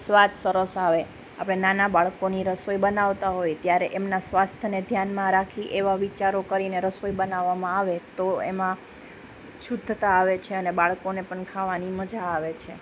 સ્વાદ સરસ આવે આપણે નાના બાળકોને રસોઈ બનાવતા હોય ત્યારે એમના સ્વાસ્થ્યને ધ્યાનમાં રાખી એવા વિચારો કરીને રસોઈ બનાવામાં આવે તો એમાં શુદ્ધતા આવે છે અને બાળકોને પણ ખાવાની મજા આવે છે